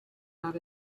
not